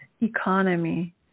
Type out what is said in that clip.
economy